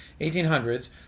1800s